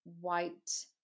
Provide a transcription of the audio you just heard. white